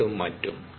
8 ഉം മറ്റും